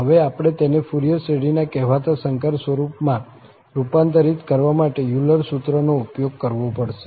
હવે આપણે તેને ફુરિયર શ્રેઢીના કહેવાતા સંકર સ્વરૂપમાં રૂપાંતરિત કરવા માટે યુલર સૂત્રોનો ઉપયોગ કરવો પડશે